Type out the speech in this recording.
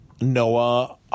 Noah –